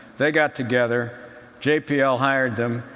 they got together jpl hired them.